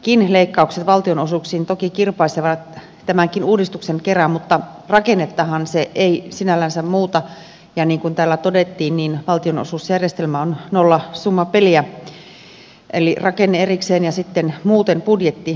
aiemmatkin leikkaukset valtionosuuksiin toki kirpaisevat tämän uudistuksen kera mutta rakennettahan se ei sinällänsä muuta ja niin kuin täällä todettiin valtionosuusjärjestelmä on nollasummapeliä eli rakenne erikseen ja sitten muuten budjetti erikseen